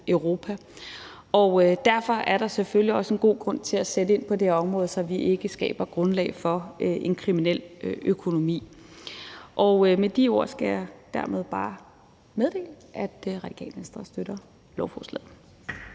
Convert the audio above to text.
Derfor er der selvfølgelig også en god grund til at sætte ind på det område, så vi ikke skaber grundlag for en kriminel økonomi. Med de ord skal jeg dermed bare meddele, at Radikale Venstre støtter lovforslaget.